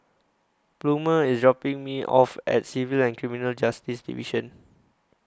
Plummer IS dropping Me off At Civil and Criminal Justice Division